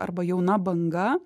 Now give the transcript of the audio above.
arba jauna banga